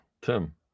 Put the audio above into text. Tim